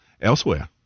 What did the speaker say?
elsewhere